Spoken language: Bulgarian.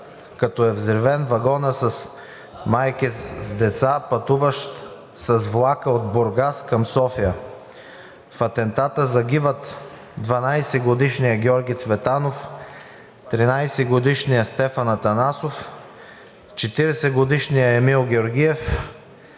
като е взривен вагонът с майки с деца, пътуващи с влака от Бургас към София. В атентата загиват 12-годишният Георги Цветанов, 13-годишният Стефан Атанасов, 40-годишният Емил Георгиев,